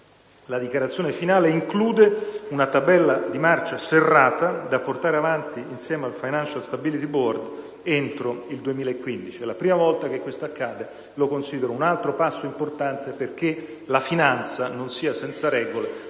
La dichiarazione finale include una tabella di marcia serrata da portare avanti, insieme al Financial Stability Board, entro il 2015. È la prima volta che questo accade, e lo considero un altro passo importante, perché la finanza non sia senza regole,